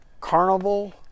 Carnival